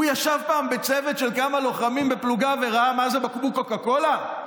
הוא ישב פעם בצוות של כמה לוחמים בפלוגה וראה מה זה בקבוק קוקה קולה?